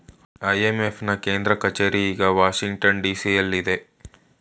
IMF ನಾ ಕೇಂದ್ರ ಕಚೇರಿಗೆ ವಾಷಿಂಗ್ಟನ್ ಡಿ.ಸಿ ಎಲ್ಲಿದೆ